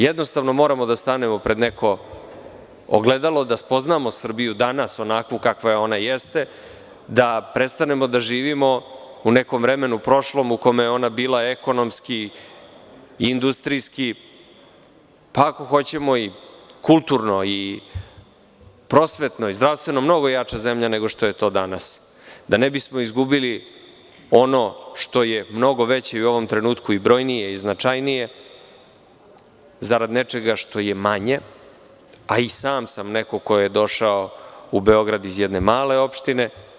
Jednostavno moramo da stanemo pred neko ogledalo, da spoznamo Srbiju onakvu kakva ona jeste, da prestanemo da živimo u nekom prošlom vremenu u kome je ona bila ekonomski, industrijski, pa ako hoćemo, kulturno, prosvetno, zdravstveno mnogo jača zemljanego što je to danas, da ne bismo izgubili ono što je mnogo veće, brojnije i značajnije zarad nečega što je manje, a i sam sam neko ko je došao u Beograd iz jedne male opštine.